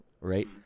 right